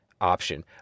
option